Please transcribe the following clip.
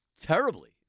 terribly